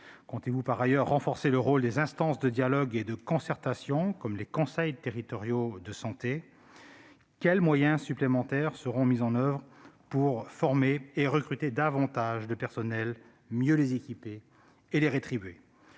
Comptez-vous par ailleurs renforcer le rôle des instances de dialogue et de concertation, comme les conseils territoriaux de santé ? Quels moyens supplémentaires seront mis en oeuvre pour former et recruter davantage de personnels, mieux les équiper et les rétribuer ?